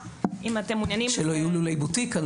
המגדלים הגדולים ישמחו שלא יהיו לולי בוטיק.